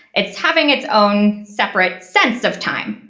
it's having its own separate sense of time,